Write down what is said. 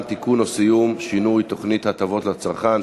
(תיקון סיום או שינוי תוכנית הטבות לצרכן),